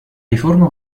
riforma